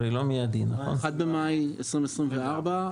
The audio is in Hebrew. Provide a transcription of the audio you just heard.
1 במאי 2024,